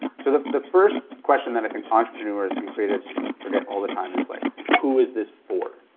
sort of the first question that i think entrepreneurs and creatives forget all the time is, like who is this for?